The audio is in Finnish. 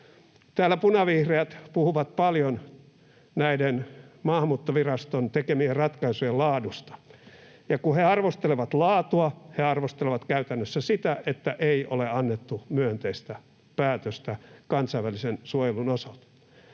Täällä punavihreät puhuvat paljon näiden Maahanmuuttoviraston tekemien ratkaisujen laadusta, ja kun he arvostelevat laatua, he arvostelevat käytännössä sitä, että ei ole annettu myönteistä päätöstä kansainvälisen suojelun osalta.